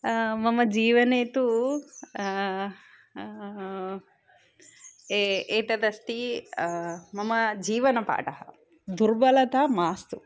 मम जीवने तु ए एतदस्ति मम जीवनपाठः दुर्बलता मास्तु